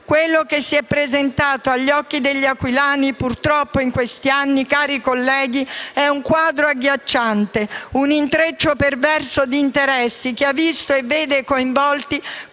Quello che si è presentato agli occhi degli aquilani in questi anni, cari colleghi, è un quadro agghiacciante, un intreccio perverso di interessi che ha visto e vede coinvolti